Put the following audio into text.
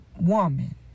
woman